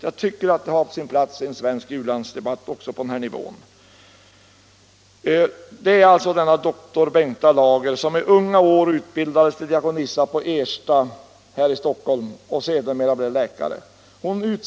Jag tycker det är på sin plats i en svensk u-landsdebatt att få nämna namnet Bengta Lager, som i unga år utbildades till diakonissa på Ersta här i Stockholm och sedermera blev läkare.